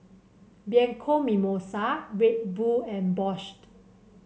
Bianco Mimosa Red Bull and Bosch